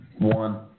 One